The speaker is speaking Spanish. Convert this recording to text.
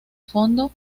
fondo